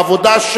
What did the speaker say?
העבודה,